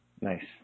Nice